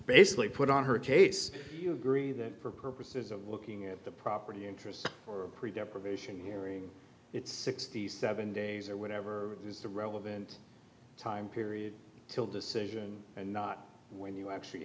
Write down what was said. basically put on her case you agree that for purposes of looking at the property interest or probation hearing it's sixty seven days or whatever is the relevant time period till decision and not when you actually